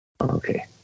Okay